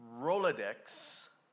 Rolodex